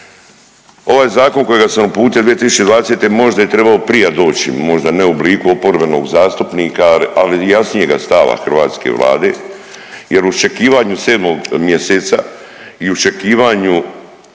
Ovaj zakon kojega sam uputio 2020. možda je trebao prije doći, možda ne u obliku oporbenog zastupnika, ali jasnijega stava hrvatske Vlade jer u iščekivanju sedmog mjeseca i u iščekivanju